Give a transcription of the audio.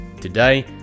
today